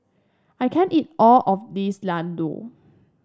I can't eat all of this Ladoo